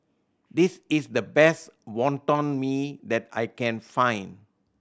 this is the best Wonton Mee that I can find